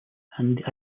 and